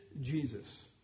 Jesus